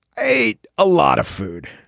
a a lot of food.